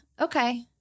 okay